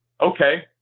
okay